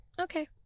okay